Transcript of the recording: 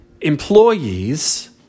employees